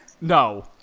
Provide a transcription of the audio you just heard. No